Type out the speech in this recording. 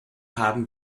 haben